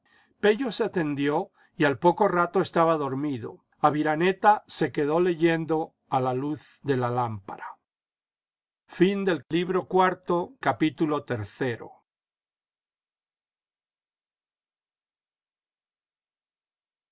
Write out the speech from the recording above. se tendió y al poco rato estaba dormido aviraneta se quedó leyendo a la luz de la lámpara